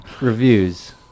Reviews